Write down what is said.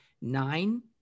nine